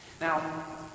now